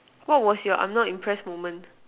what was your I'm not impressed moment